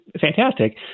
fantastic